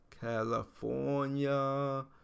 California